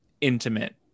intimate